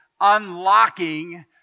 unlocking